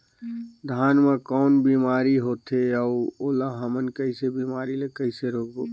धान मा कौन बीमारी होथे अउ ओला हमन कइसे बीमारी ला कइसे रोकबो?